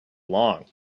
long